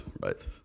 right